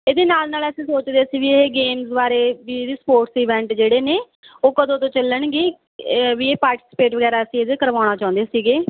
ਇਹਦੇ ਨਾਲ ਨਾਲ ਅਸੀਂ ਸੋਚ ਰਹੇ ਸੀ ਵੀ ਇਹ ਗੇਮਜ਼ ਬਾਰੇ ਵੀ ਇਹਦੀ ਸਪੋਰਟਸ ਇਵੈਂਟ ਜਿਹੜੇ ਨੇ ਉਹ ਕਦੋਂ ਤੋਂ ਚੱਲਣਗੇ ਵੀ ਇਹ ਪਾਰਟੀਸਪੇਟ ਵਗੈਰਾ ਅਸੀਂ ਇਹਦੇ ਕਰਵਾਉਣਾ ਚਾਹੁੰਦੇ ਸੀਗੇ